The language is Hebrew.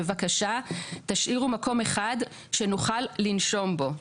בבקשה תשאירו מקום אחד שנוכל לנשום בו".